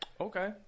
Okay